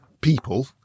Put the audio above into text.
people